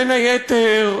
בין היתר,